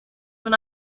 when